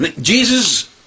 Jesus